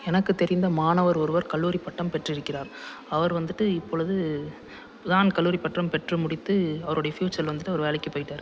எனக்கு தெரிந்த மாணவர் ஒருவர் கல்லூரி பட்டம் பெற்றிருக்கிறார் அவர் வந்துவிட்டு இப்பொழுது தான் கல்லூரி பட்டம் பெற்று முடித்து அவருடைய ஃப்யூச்சரில் வந்துட்டு அவர் வேலைக்கு போய்விட்டாரு